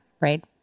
right